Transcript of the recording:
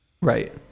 Right